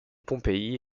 pompéi